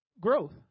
Growth